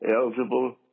eligible